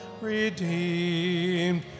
Redeemed